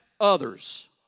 others